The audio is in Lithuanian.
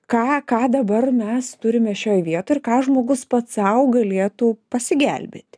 ką ką dabar mes turime šioj vietoj ir ką žmogus pats sau galėtų pasigelbėti